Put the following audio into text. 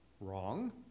Wrong